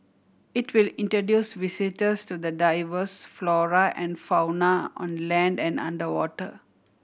it will introduce visitors to the diverse flora and fauna on land and underwater